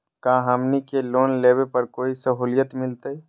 का हमनी के लोन लेने पर कोई साहुलियत मिलतइ?